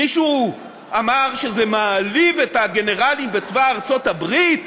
מישהו אמר שזה מעליב את הגנרלים בצבא ארצות-הברית,